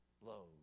load